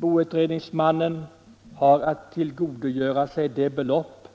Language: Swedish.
Boutredningsmannen har att tillgodogöra sig det belopp